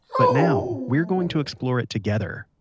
but now, we're going to explore it together,